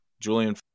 julian